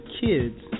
kids